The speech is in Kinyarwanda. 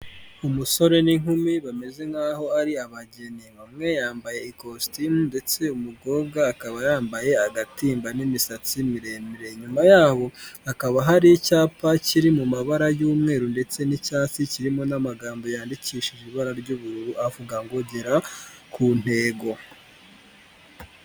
Umusore n'inkumi bameze nkaho ari abageni, umwe yambaye ikositimu ndetse umukobwa akaba yambaye agatimba n'imisatsi miremire, inyuma yaho hakaba hari icyapa kiri mu mabara y'umweru ndetse n'icyatsi kirimo n'amagambo yandikishije ibara ry'ubururu avuga ngo:"Gera ku intego".